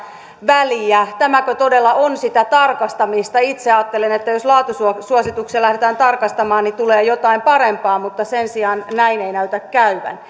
väliä tämäkö todella on sitä tarkistamista itse ajattelen että jos laatusuosituksia lähdetään tarkistamaan niin tulee jotain parempaa mutta sen sijaan näin ei näytä käyvän